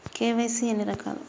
KYC ఎన్ని రకాలు?